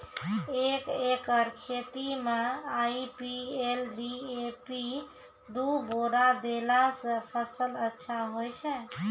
एक एकरऽ खेती मे आई.पी.एल डी.ए.पी दु बोरा देला से फ़सल अच्छा होय छै?